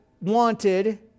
wanted